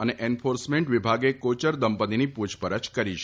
અને એન્ફોર્સમેન્ટ વિભાગે કોચર દંપતીની પૂછપરછ કરી છે